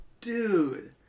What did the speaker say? dude